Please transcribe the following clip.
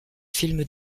film